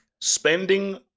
spending